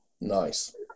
Nice